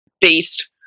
beast